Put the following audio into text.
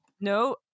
no